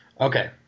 Okay